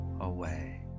away